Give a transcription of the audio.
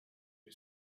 you